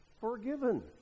forgiven